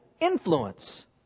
influence